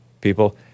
people